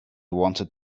wanted